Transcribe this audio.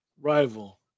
rival